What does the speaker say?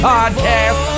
Podcast